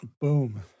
boom